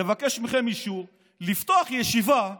לבקש מכם אישור לפתוח ישיבה בלוד,